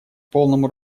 полному